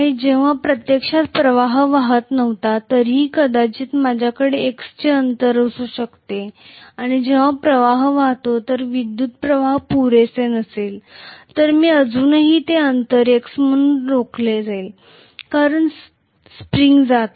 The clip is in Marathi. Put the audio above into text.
जेव्हा प्रत्यक्षात प्रवाह वाहत नव्हता तरीही कदाचित माझ्याकडे x चे अंतर असू शकते आणि जेव्हा प्रवाह वाहतो जर विद्युत् प्रवाह पुरेसे नसेल तर मी अजूनही ते अंतर x म्हणून राखले आहे कारण स्प्रिंग जात आहे